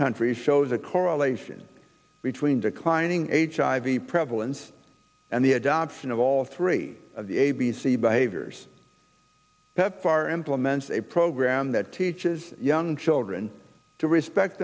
countries shows a correlation between declining h i v prevalence and the adoption of all three of the a b c behaviors pepfar implemented a program that teaches young children to respect